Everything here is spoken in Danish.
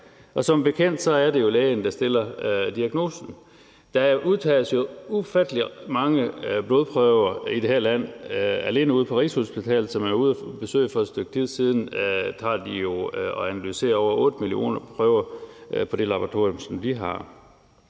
Som bekendt er det jo lægen, der stiller diagnosen. Der udtages jo ufattelig mange blodprøver i det her land. Alene på Rigshospitalet, som jeg var ude at besøge for et stykke tid siden, udtager og analyserer de over 8 millioner prøver på det laboratorium, som de har.